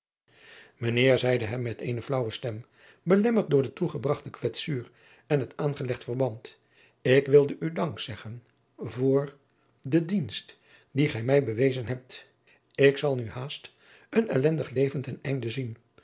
eer zeide hij met eene flaauwe stem belemmerd door de toegebragte kwetsuur en het aangelegd verband k wilde u dankzeggen voor den dienst dien gij mij bewezen hebt k zal nu haast een ellendig leven ten einde zien